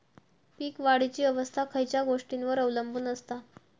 पीक वाढीची अवस्था खयच्या गोष्टींवर अवलंबून असता?